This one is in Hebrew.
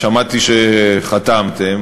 שמעתי שחתמתם,